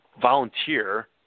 volunteer